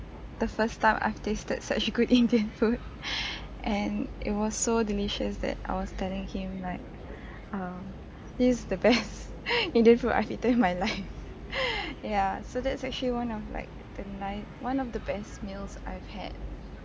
the first time I've tasted such good indian food and it was so delicious that I was telling him like um this the best indian food I've eaten in my life ya so that's actually one of like the ni~ one of the best meals I've had